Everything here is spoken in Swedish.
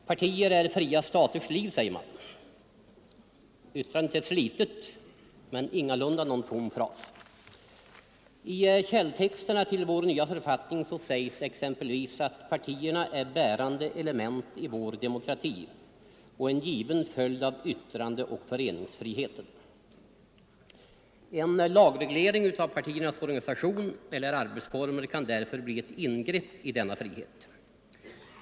Herr talman! Partier är fria staters liv, säger man. Yttrandet är slitet, men ingalunda någon tom fras. I källtexterna till vår nya författning sägs exempelvis, att partierna är bärande element i vår demokrati och en given följd av yttrandeoch föreningsfriheten. En lagreglering av partiernas organisation eller arbetsformer kan därför bli ett ingrepp i denna frihet.